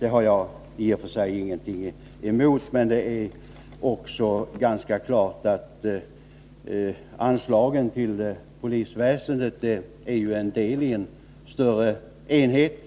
Det har jag i och för sig ingenting emot. Det är ganska klart att anslagen till polisväsendet ju är en del i en större enhet.